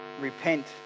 repent